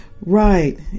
Right